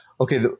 okay